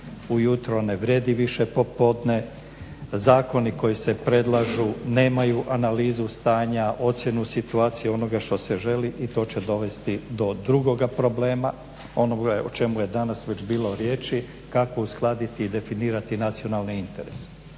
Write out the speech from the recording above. ujutro ne vrijedi više popodne, zakoni koji se predlažu nemaju analizu stanja, ocjenu situacije onoga što se želi i to će dovesti do drugoga problema ono o čemu je danas već bilo riječi kako uskladiti i definirati nacionalne interese.